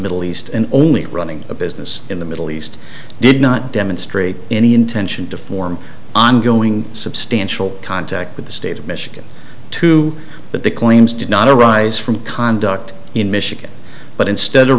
middle east and only running a business in the middle east did not demonstrate any intention to form ongoing substantial contact with the state of michigan two that the claims did not arise from conduct in michigan but instead